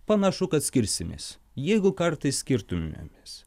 panašu kad skirsimės jeigu kartais skirtumėmės